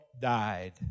died